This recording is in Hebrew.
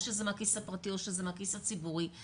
או שזה מהכיס הפרטי או שזה מהכיס הציבורי,